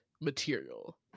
material